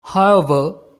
however